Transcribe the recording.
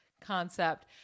concept